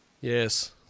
Yes